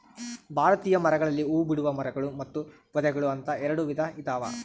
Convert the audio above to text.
ಭಾರತೀಯ ಮರಗಳಲ್ಲಿ ಹೂಬಿಡುವ ಮರಗಳು ಮತ್ತು ಪೊದೆಗಳು ಅಂತ ಎರೆಡು ವಿಧ ಇದಾವ